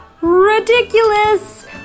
ridiculous